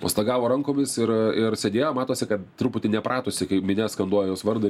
mostagavo rankomis ir ir sėdėjo matosi kad truputį nepratusi kai minia skanduoja jos vardą